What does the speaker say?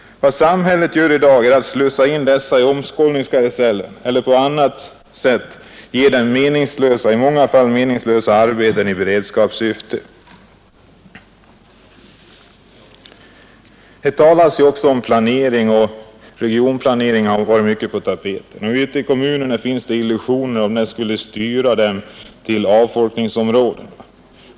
Vad samhället gör i dag är att slussa in arbetarna i omskolningskarusellen eller att ge dem i många fall ganska meningslösa arbeten i beredskapssyfte. Det talas mycket om planering, bl.a. om regionplanering. Ute i de olika kommunerna finns det många illusioner om att denna skulle vara styrande till avfolkningsområden.